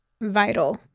vital